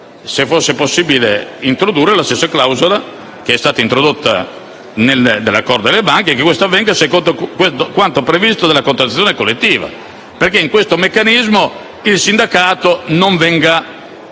se sia possibile introdurre la stessa clausola che è stata introdotta nell'accordo sulle banche, ossia che ciò avvenga secondo quanto previsto dalla contrattazione collettiva, affinché in questo meccanismo il sindacato non venga totalmente